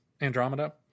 Andromeda